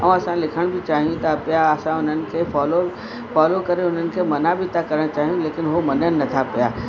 ऐं असां लिखण बि चाहियूं था पिया असां उन्हनि खे फॉलो फॉलो करे उन्हनि खे मना बि था करणु चाहियूं लेकिन हो मननि नथा पिया